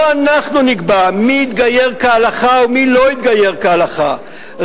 לא אנחנו נקבע מי התגייר כהלכה ומי לא התגייר כהלכה,